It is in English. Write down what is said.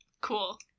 Cool